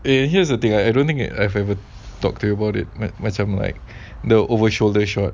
and here's the thing I don't think I've ever talked to you about it macam like the over shoulder short